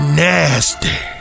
nasty